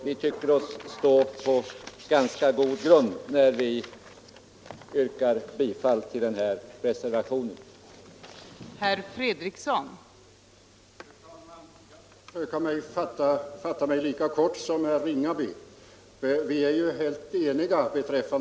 Vi tycker oss sålunda stå på ganska fast grund när vi yrkar bifall till den reservation som är fogad vid betänkandet.